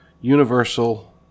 universal